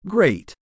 Great